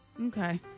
Okay